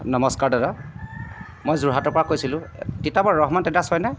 নমস্কাৰ দাদা মই যোৰহাটৰপৰা কৈছিলোঁ তিতাবৰ ৰহমান টেডাছ হয়নে